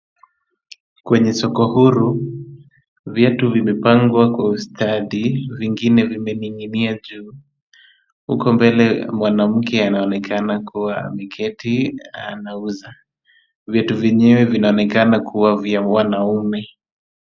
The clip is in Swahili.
Kwenye soko huru, viatu vimepangwa kwa ustadi, vingine vimening'inia juu. Huko mbele mwanamke anaonekana kuwa ameketi anauza. Viatu vyenyewe vinaonekana kuwa vya mwanaume.